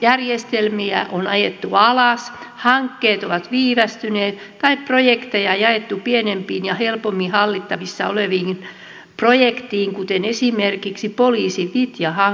järjestelmiä on ajettu alas hankkeet ovat viivästyneet tai projekteja jaettu pienempiin ja helpommin hallittavissa oleviin projekteihin kuten esimerkiksi poliisin vitja hankkeessa